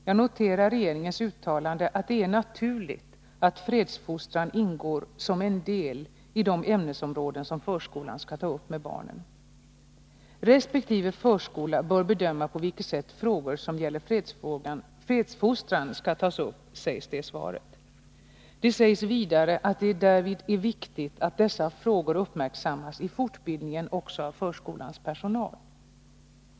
Jag noterar regeringens uttalande att det är naturligt att fredsfostran ingår som en del i de ämnesområden som förskolan skall ta upp med barnen. Resp. förskola bör bedöma på vilket sätt frågor som gäller fredsfostran skall tas upp, sägs det i svaret. Det sägs vidare att det därvid är viktigt att dessa frågor uppmärksammas i fortbildningen också av förskolans personal.